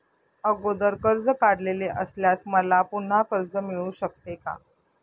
अगोदर कर्ज काढलेले असल्यास मला पुन्हा कर्ज मिळू शकते का?